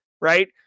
right